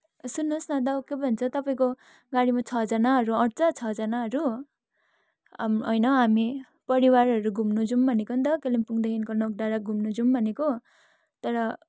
सुन्नुहोस् न दा उ के पो भन्छ तपाईँको गाडीमा छःजनाहरू अँट्छ छःजनाहरू आम होइन हामी परिवारहरू घुम्न जाउँ भनेको नि त कालिम्पोङदेखिको नोकडाँडा घुम्न जाउँ भनेको तर